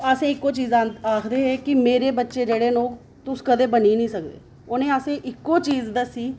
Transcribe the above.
ते असें गी इक चीज आखदे हे कि मेरे बच्चे जेह्ड़े न ओह् तुस कदें बनी नी सकदे उ'नें असेंगी इक्को चीज दस्सी